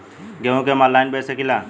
गेहूँ के हम ऑनलाइन बेंच सकी ला?